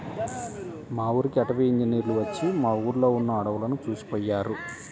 మా ఊరికి అటవీ ఇంజినీర్లు వచ్చి మా ఊర్లో ఉన్న అడువులను చూసిపొయ్యారు